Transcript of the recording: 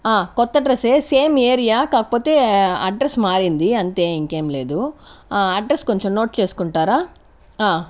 కొత్త address same area కాకపోతే address మారింది అంతే ఇంకేం లేదు అడ్రస్ కొంచెం నోట్ చేసుకుంటారా